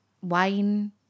wine